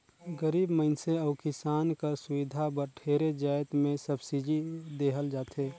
गरीब मइनसे अउ किसान कर सुबिधा बर ढेरे जाएत में सब्सिडी देहल जाथे